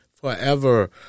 forever